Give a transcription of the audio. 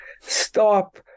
stop